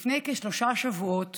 לפני כשלושה שבועות